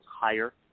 higher